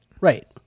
Right